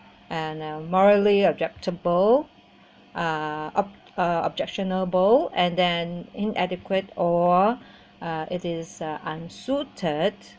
and uh morally object to both are ob~ uh objectionable and then inadequate or uh it is uh unsuited